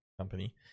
company